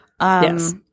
Yes